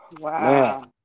Wow